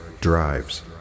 drives